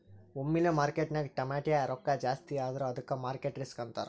ಒಮ್ಮಿಲೆ ಮಾರ್ಕೆಟ್ನಾಗ್ ಟಮಾಟ್ಯ ರೊಕ್ಕಾ ಜಾಸ್ತಿ ಆದುರ ಅದ್ದುಕ ಮಾರ್ಕೆಟ್ ರಿಸ್ಕ್ ಅಂತಾರ್